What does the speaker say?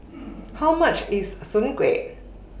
How much IS Soon Kuih